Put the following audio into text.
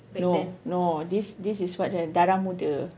no no this this is what that darah muda